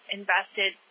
invested